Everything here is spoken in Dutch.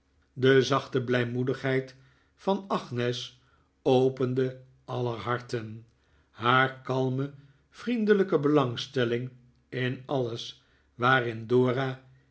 de zachte blijmoedigheid van agnes opende aller harten haar kalme vriendelijke belangstelling in alles waarin dora